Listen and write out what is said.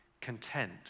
content